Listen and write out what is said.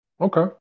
Okay